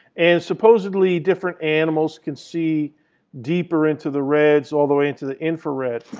and supposedly different animals can see deeper into the red, all the way into the infrared.